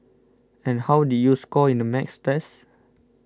and how did you score in the Maths test